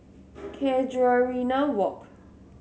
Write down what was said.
Casuarina Walk